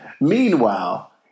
Meanwhile